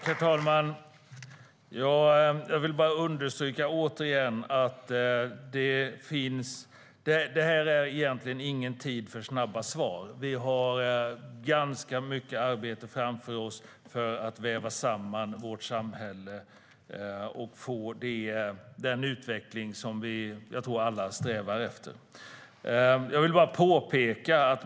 Herr talman! Jag understryker återigen att det här inte är tidpunkten för snabba svar. Vi har mycket arbete framför oss för att väva samman vårt samhälle och få den utveckling som alla strävar efter.